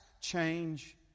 change